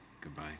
goodbye